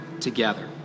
together